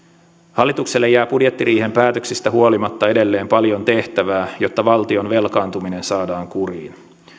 hallitukselle jää budjettiriihen päätöksistä huolimatta edelleen paljon tehtävää jotta valtion velkaantuminen saadaan kuriin